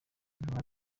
intumwa